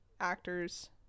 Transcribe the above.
actors